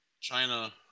China